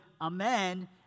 Amen